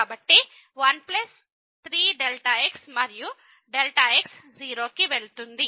కాబట్టి1 3 x మరియు x→0